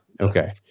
Okay